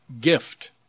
gift